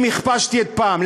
אם הכפשתי אי-פעם.